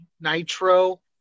Nitro